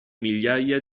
migliaia